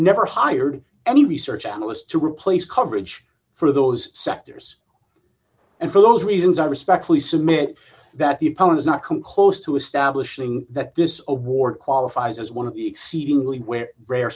never hired any research analyst to replace coverage for those sectors and for those reasons i respectfully submit that the opponent is not come close to establishing that this award qualifies as one of the exceedingly where rare